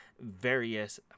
various